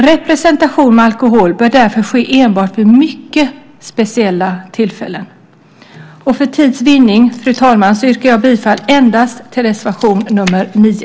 Representation med alkohol bör därför ske enbart vid mycket speciella tillfällen. För tids vinning, fru talman, yrkar jag bifall endast till reservation nr 9.